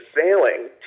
sailing